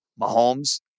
Mahomes